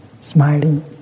smiling